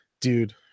Dude